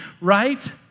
Right